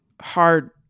hard